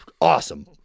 Awesome